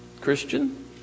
Christian